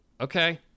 okay